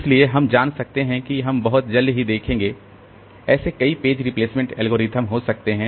इसलिए हम जान सकते हैं कि हम बहुत जल्द ही देखेंगे ऐसे कई पेज रिप्लेसमेंट एल्गोरिदम हो सकते हैं